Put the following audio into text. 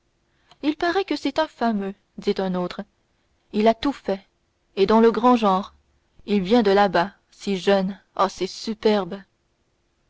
il paraît que c'est un fameux dit un autre il a tout fait et dans le grand genre il vient de là-bas si jeune oh c'est superbe